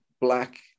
black